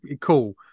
cool